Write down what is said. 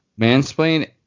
Mansplain